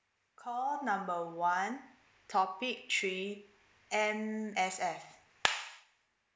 call number one topic three M_S_F